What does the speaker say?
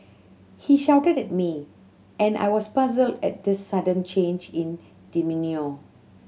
he shouted at me and I was puzzled at this sudden change in demeanour